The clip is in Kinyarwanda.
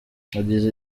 yagize